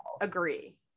agree